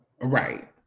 Right